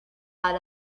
out